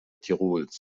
tirols